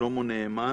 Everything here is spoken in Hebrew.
שלמה נאמן,